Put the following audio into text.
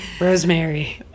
rosemary